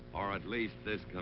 or at least this